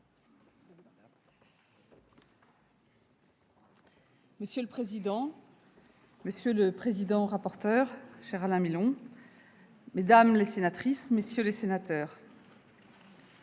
Monsieur le président, monsieur le rapporteur- cher Alain Milon -, mesdames les sénatrices, messieurs les sénateurs,